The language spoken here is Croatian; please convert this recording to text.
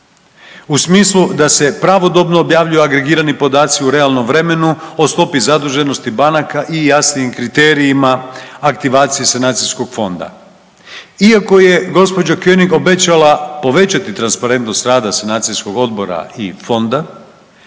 u smislu da se pravodobno objavljuju agregirani podaci u realnom vremenu, o stopi zaduženosti banaka i jasnijim kriterijima aktivacije sanacijskog fonda. Iako je gđa. Konig obećala povećati transparentnost rada sanacijskog odbora i fonda